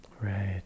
Right